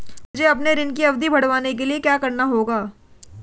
मुझे अपने ऋण की अवधि बढ़वाने के लिए क्या करना होगा?